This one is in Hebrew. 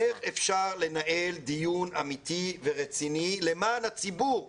איך אפשר כך לנהל דיון אמיתי ורציני למען הציבור?